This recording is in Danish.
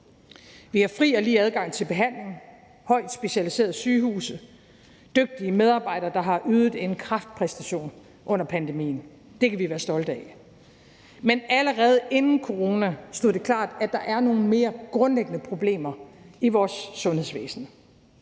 Vi har fri og lige adgang til behandling, højt specialiserede sygehuse og dygtige medarbejdere, der har ydet en kraftpræstation under pandemien. Det kan vi være stolte af. Men allerede inden corona stod det klart, at der er nogle mere grundlæggende problemer i vores sundhedsvæsen.